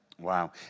Wow